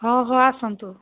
ହଉ ହଉ ଆସନ୍ତୁ